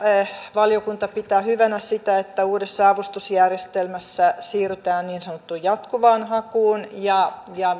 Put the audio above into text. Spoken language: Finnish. valiokunta pitää hyvänä sitä että uudessa avustusjärjestelmässä siirrytään niin sanottuun jatkuvaan hakuun ja ja